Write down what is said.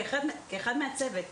כאחד מהצוות,